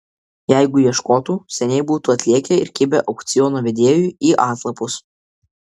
jeigu ieškotų seniai būtų atlėkę ir kibę aukciono vedėjui į atlapus